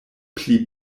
pli